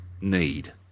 need